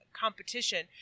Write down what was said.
competition